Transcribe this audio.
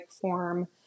form